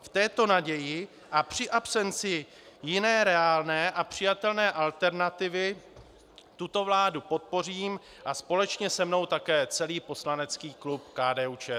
V této naději a při absenci jiné reálné a přijatelné alternativy tuto vládu podpořím a společně se mnou také celý poslanecký klub KDUČSL.